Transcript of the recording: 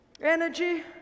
energy